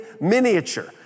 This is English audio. miniature